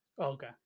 Okay